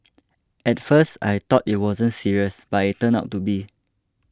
at first I thought it wasn't serious but it turned out to be